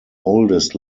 oldest